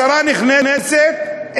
השרה נכנסת,